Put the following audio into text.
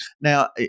Now